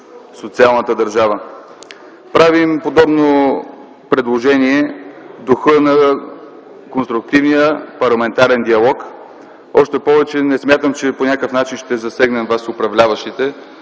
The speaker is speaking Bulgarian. социалната държава. Правим подобно предложение в духа на конструктивния парламентарен диалог. Още повече, не смятам, че по някакъв начин ще засегнем вас, управляващите,